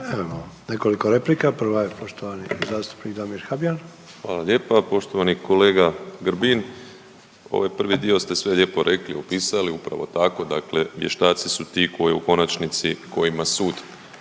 Imamo nekoliko replika. Prva je poštovani zastupnik Damir Habijan. **Habijan, Damir (HDZ)** Hvala lijepo. Poštovani kolega Grbin ovaj prvi dio ste sve lijepo rekli, opisali. Upravo tako dakle, vještaci su ti koji u konačnici kojima sud